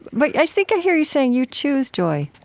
but i think i hear you saying you choose joy